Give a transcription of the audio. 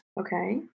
Okay